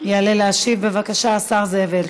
יעלה להשיב, בבקשה, השר זאב אלקין.